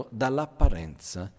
dall'apparenza